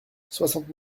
soixante